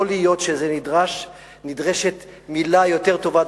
יכול להיות שנדרשת מלה יותר טובה,